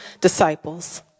disciples